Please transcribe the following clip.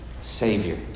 savior